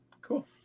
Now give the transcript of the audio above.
Cool